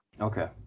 Okay